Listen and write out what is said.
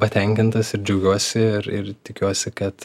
patenkintas ir džiaugiuosi ir ir tikiuosi kad